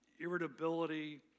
irritability